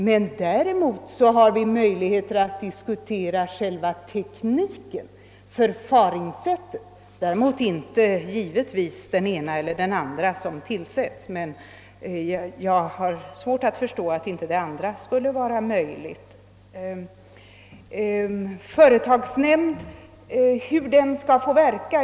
Men om vi inte kan ifrågasätta den ena eller andra tillsättningen, har vi däremot möjlighet att diskutera tekniken, själva förfaringssättet. Jag har svårt att förstå att det inte skulle vara möjligt att diskutera själva tekniken.